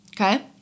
okay